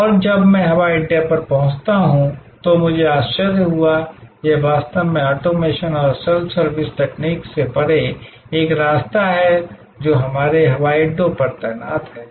और जब मैं हवाई अड्डे पर पहुंचता हूं तो मुझे आश्चर्य हुआ यह वास्तव में ऑटोमेशन और सेल्फ सर्विस तकनीक से परे एक रास्ता है जो हमारे हवाई अड्डों पर तैनात है